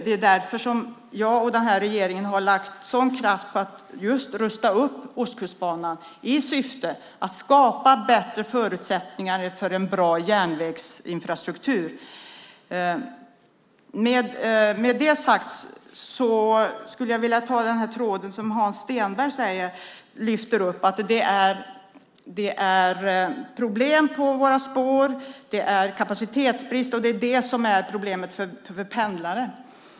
Det är därför som jag och den här regeringen har lagt sådan kraft på att rusta upp Ostkustbanan i syfte att skapa bättre förutsättningar för en bra järnvägsinfrastruktur. Med det sagt skulle jag vilja ta upp tråden från Hans Stenberg, som lyfte fram att det är problem på våra spår, det är kapacitetsbrist, och det är det som är problemet för våra pendlare.